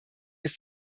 ist